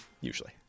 Usually